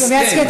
סלומינסקי,